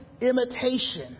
imitation